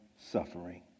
suffering